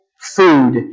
food